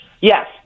yes